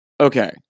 Okay